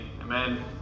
Amen